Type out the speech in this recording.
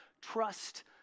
trust